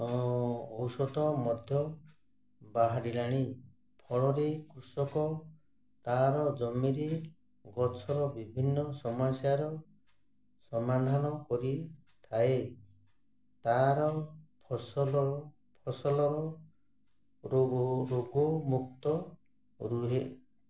ଔଷଧ ମଧ୍ୟ ବାହାରିଲାଣି ଫଳରେ କୃଷକ ତାର ଜମିରେ ଗଛର ବିଭିନ୍ନ ସମସ୍ୟାର ସମାଧାନ କରିଥାଏ ତାର ଫସଲ ଫସଲର ରୋଗମୁକ୍ତ ରୁହେ